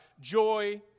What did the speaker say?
joy